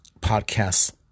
podcasts